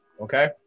Okay